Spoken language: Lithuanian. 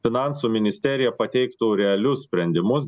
finansų ministerija pateiktų realius sprendimus